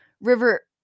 River